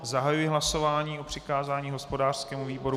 Zahajuji hlasování o přikázání hospodářskému výboru.